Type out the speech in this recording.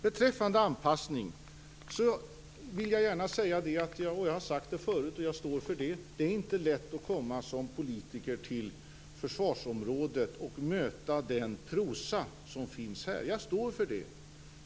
Beträffande anpassning vill jag gärna säga - jag har sagt det förut och jag står för det - att det inte är lätt att komma som politiker till försvarsområdet och möta den prosa som finns där.